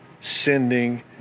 sending